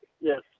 Yes